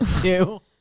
Two